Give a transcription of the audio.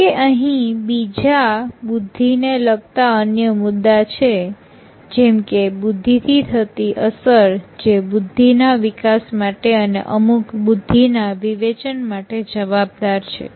જોકે અહીં બીજા બુદ્ધિ ને લગતા અન્ય મુદ્દા છે જેમકે બુદ્ધિ થી થતી અસર જે બુદ્ધિ ના વિકાસ માટે અને અમુક બુદ્ધિના વિવેચન માટે જવાબદાર છે